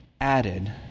added